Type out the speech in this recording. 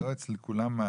לא אצל כולם,